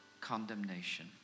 condemnation